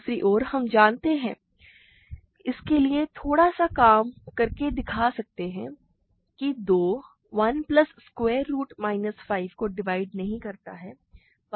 दूसरी ओर हम जानते हैं इसके लिए थोड़ा सा काम करके दिखा सकते हैं कि 2 1 प्लस स्क्वायर रुट माइनस 5 को डिवाइड नहीं करता है